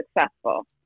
successful